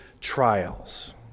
trials